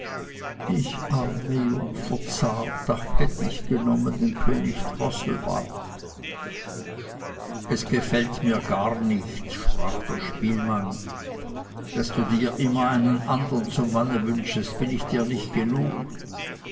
ich arme jungfer zart ach hätt ich genommen den könig drosselbart es gefällt mir gar nicht sprach der spielmann daß du dir immer einen andern zum mann wünschest bin ich dir nicht gut genug